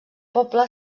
poble